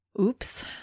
Oops